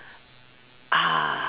ah